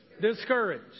Discouraged